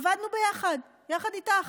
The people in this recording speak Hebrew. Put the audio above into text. עבדנו ביחד איתך.